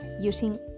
using